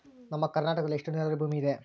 ನಮ್ಮ ಕರ್ನಾಟಕದಲ್ಲಿ ಎಷ್ಟು ನೇರಾವರಿ ಭೂಮಿ ಇದೆ?